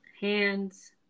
hands